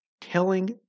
Telling